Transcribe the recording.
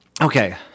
Okay